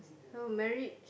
no marriage